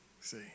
see